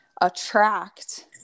attract